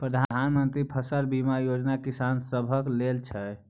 प्रधानमंत्री मन्त्री फसल बीमा योजना किसान सभक लेल छै